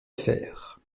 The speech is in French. affaire